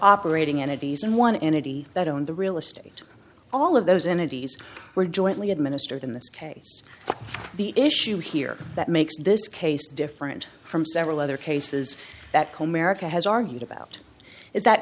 operating in ibiza and one entity that owned the real estate all of those entities were jointly administered in this case the issue here that makes this case different from several other cases that comerica has argued about is that